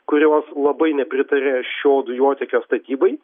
kurios labai nepritarė šio dujotiekio statybai